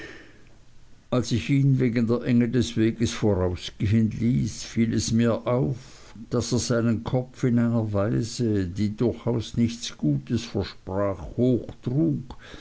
als ich ihn wegen der enge des weges vorausgehen ließ fiel es mir auf daß er seinen kopf in einer weise die durchaus nichts gutes versprach